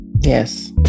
Yes